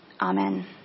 Amen